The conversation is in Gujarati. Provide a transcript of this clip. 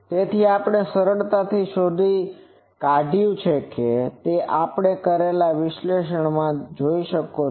તેથી આપણે સરળતાથી શોધી કાઢયું છે તે આપણે કરેલા વિશ્લેષણમાંથી તમે જોશો